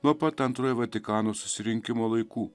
nuo pat antrojo vatikano susirinkimo laikų